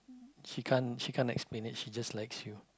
she can't she can't explain it she just likes you